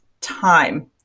time